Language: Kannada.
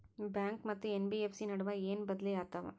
ಬ್ಯಾಂಕು ಮತ್ತ ಎನ್.ಬಿ.ಎಫ್.ಸಿ ನಡುವ ಏನ ಬದಲಿ ಆತವ?